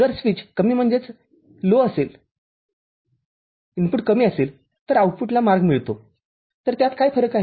जर स्विच कमी इनपुट कमी असेल तर आउटपुटला मार्ग मिळतो तर त्यात काय फरक आहे